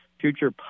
future